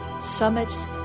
summits